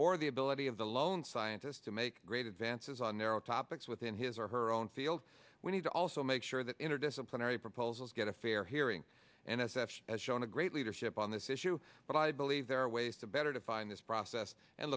or the ability of the lone scientist to make great advances on their own topics within his or her own field we need to also make sure that interdisciplinary proposals get a fair hearing and s f has shown a great leadership on this issue but i believe there are ways to better define this process and